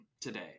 today